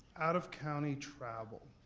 out of county travel.